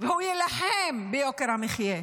והוא יילחם ביוקר המחיה,